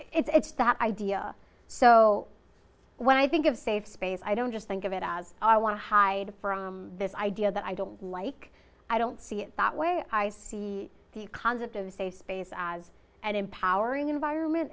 same it's that idea so when i think of safe space i don't just think of it as i want to hide from this idea that i don't like i don't see it that way i see the concept of a safe space as an empowering environment